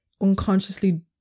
unconsciously